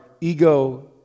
ego